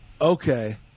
Okay